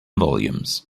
volumes